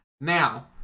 Now